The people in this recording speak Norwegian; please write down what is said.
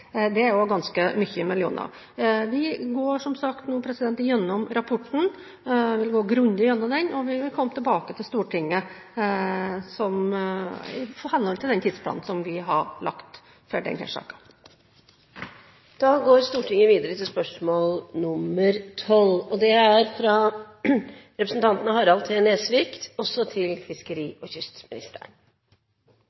Det er ganske mange millioner. Vi går som sagt nå igjennom rapporten – vi vil gå grundig igjennom den – og vi vil komme tilbake til Stortinget i henhold til den tidsplanen som vi har lagt for denne saken. Det kan se ut som om dette spørsmålet er likelydende med det foregående, men jeg vil komme tilbake til at det ikke er likelydende. Jeg har følgende spørsmål til fiskeri-